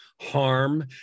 harm